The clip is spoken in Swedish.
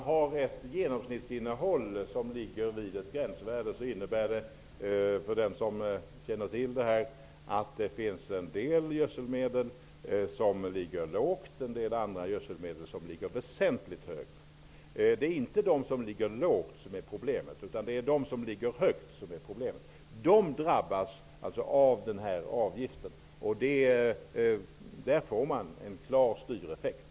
Herr talman! Om gränsvärdet ligger vid ett genomsnittsinnehåll innebär det att en del gödsel innehåller lägre halter och en del väsentligt högre. Det är inte gödslet med de låga halterna som är problemet utan det med de höga halterna. Detta gödsel drabbas av den här avgiften. Det blir en klar styreffekt.